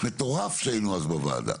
מטורף כשהיינו אז בוועדה.